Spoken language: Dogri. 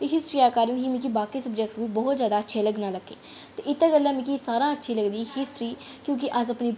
हिस्ट्री दे कारण ई मिगी बाकी सब्जैक्ट बी बहुत जैदा अच्छे लग्गना लगे ते इत्तै गल्ला मिगी सारें शा अच्छी लगदी हिस्ट्री क्योंकि अस अपनी